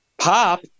Pop